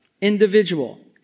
individual